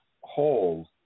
holes